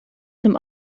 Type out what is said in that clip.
zum